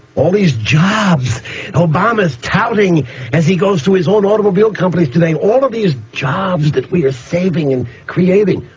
all these jobs obama's touting as he goes to his own automobile companies today, all of these jobs that we are saving and creating,